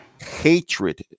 hatred